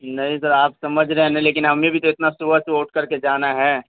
نہیں سر آپ سمجھ رہے ہیں نا لیکن ہمیں بھی تو اتنا صبح صبح اٹھ کر کے جانا ہے